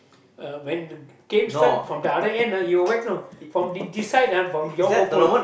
uh when game start from the other side he will whack you know from this side your goalpost